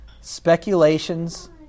Speculations